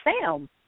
Sam